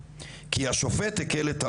// כי השופט הקל את העונש,